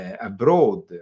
abroad